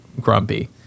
grumpy